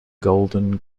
golden